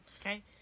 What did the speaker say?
Okay